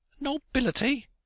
Nobility